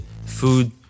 food